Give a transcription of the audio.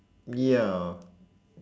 ya